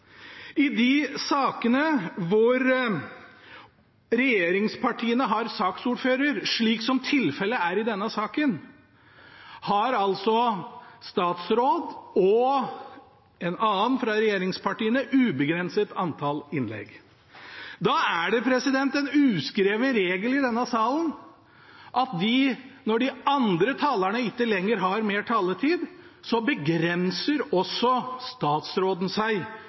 I de sakene der regjeringspartiene har saksordføreren, slik som tilfellet er i denne saken, har altså statsråden og en annen fra regjeringspartiene et ubegrenset antall innlegg. Da er det en uskreven regel i denne salen at når de andre talerne ikke har mer taletid, begrenser også statsråden seg